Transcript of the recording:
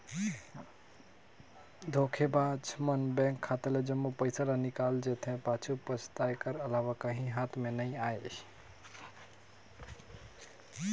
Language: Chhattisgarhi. धोखेबाज मन बेंक खाता ले जम्मो पइसा ल निकाल जेथे, पाछू पसताए कर अलावा काहीं हाथ में ना आए